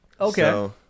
Okay